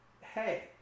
hey